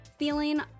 Feeling